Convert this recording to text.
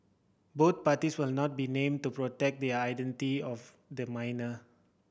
both parties will not be named to protect the identity of the minor